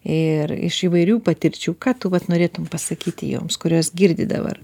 ir iš įvairių patirčių ką tu vat norėtum pasakyti joms kurios girdi dabar